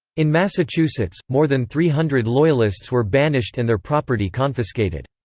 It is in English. in massachusetts, more than three hundred loyalists were banished and their property confiscated.